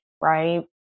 right